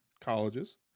colleges